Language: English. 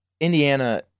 Indiana